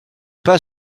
pas